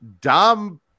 Dom